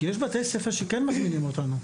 כי יש בתי ספר שכן מזמינים אותי,